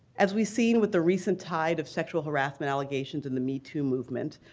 as we've seen with the recent tide of sexual harassment allegations in the me too movement,